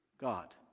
God